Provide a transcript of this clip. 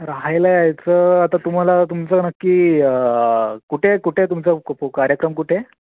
राहायला यायचं आता तुम्हाला तुमचं नक्की कुठे कुठे तुमचं कार्यक्रम कुठे